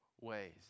ways